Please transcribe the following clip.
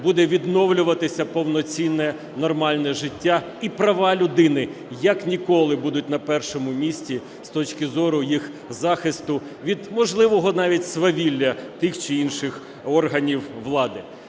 буде відновлюватися повноцінне, нормальне життя і права людини як ніколи будуть на першому місці з точки зору їх захисту від можливого навіть свавілля тих чи інших органів влади.